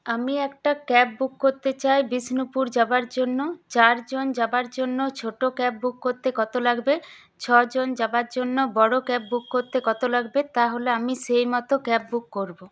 আমি একটা cab book করতে চাই বিষ্ণুপুর যাওয়ার জন্য চারজন যাওয়ার জন্য ছোট ক্যাব বুক করতে কত লাগবে ছজন যাবার জন্য বড় ক্যাব বুক করতে কত লাগবে তাহলে আমি সেই মতো ক্যাব বুক করব